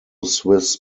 swiss